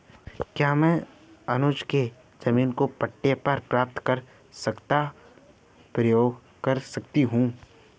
क्या मैं अनुज के जमीन को पट्टे पर प्राप्त कर उसका प्रयोग कर सकती हूं?